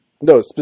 no